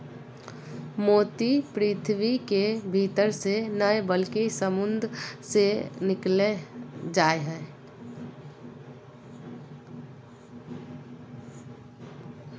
मोती पृथ्वी के भीतर से नय बल्कि समुंद मे से निकालल जा हय